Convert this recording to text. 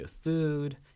food